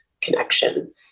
connection